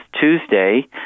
Tuesday